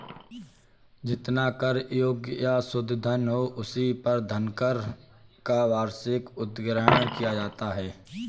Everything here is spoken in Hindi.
जितना कर योग्य या शुद्ध धन हो, उसी पर धनकर का वार्षिक उद्ग्रहण किया जाता है